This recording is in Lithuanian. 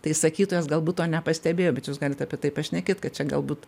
tai sakytojas galbūt to nepastebėjo bet jūs galit apie tai pašnekėti kad čia galbūt